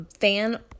fan